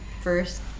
first